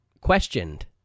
questioned